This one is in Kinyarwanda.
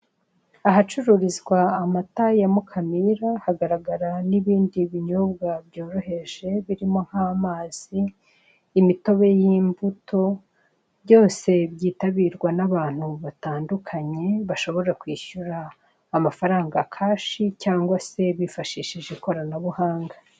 Ahacururizwa amata ya Mukamira, hagaragara n'ibindi binyobwa byoroheje birimo nk'amazi, imitobe y'imbuto, byose byitabirwa n'abantu batandukanye bashobora kwishyura amafaranga kashi cyangwa se bifashishije ikoranabuhanga.